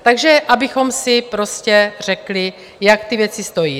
Takže abychom si prostě řekli, jak ty věci stojí.